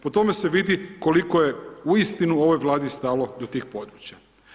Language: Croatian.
Po tome se vidi koliko je uistinu ovoj Vladi stalo do tih područja.